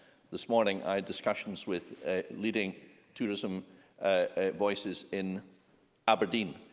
this morning, i had discussions with leading tourism ah voices in aberdeen.